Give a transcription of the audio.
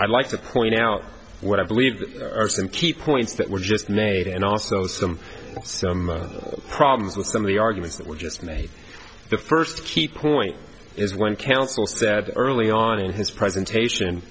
i like to point out what i believe are some key points that were just made and also some problems with some of the arguments that were just made the first key point is when counsel said early on in his presentation